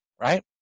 right